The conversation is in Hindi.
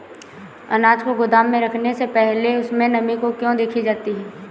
अनाज को गोदाम में रखने से पहले उसमें नमी को क्यो देखी जाती है?